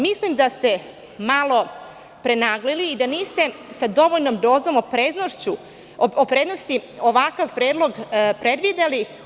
Mislim da ste malo prenaglili i da niste sa dovoljnom dozom opreznosti ovakav predlog predvideli.